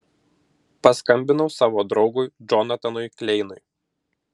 paskambinau savo draugui džonatanui kleinui